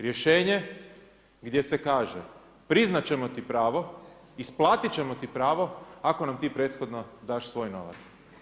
Rješenje gdje kaže, priznat ćemo ti pravo, isplatit ćemo ti pravo ako nam ti prethodno daš svoj novac.